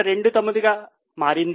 29 గా మారింది